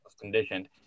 conditioned